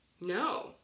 No